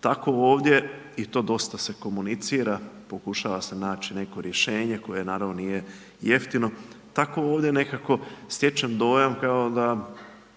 tako ovdje i to dosta se komunicira, pokušava se naći neko rješenje koje naravno nije jeftino, tako ovdje nekako stječem dojam, da